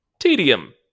Tedium